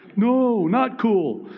no, not cool.